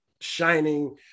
shining